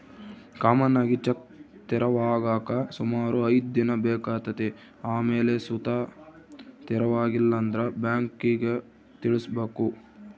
common ಆಗಿ check ತೆರವಾಗಾಕ ಸುಮಾರು ಐದ್ ದಿನ ಬೇಕಾತತೆ ಆಮೇಲ್ ಸುತ ತೆರವಾಗಿಲ್ಲಂದ್ರ ಬ್ಯಾಂಕಿಗ್ ತಿಳಿಸ್ಬಕು